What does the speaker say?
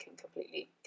completely